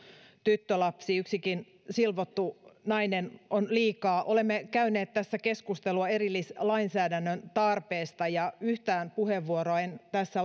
tyttölapsi yksikin silvottu nainen on liikaa olemme käyneet tässä keskustelua erillislainsäädännön tarpeesta ja yhtään puheenvuoroa en tässä